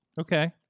Okay